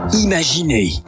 Imaginez